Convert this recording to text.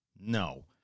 No